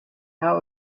how